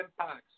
impacts